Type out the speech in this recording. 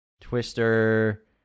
Twister